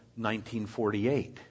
1948